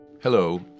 Hello